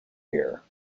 here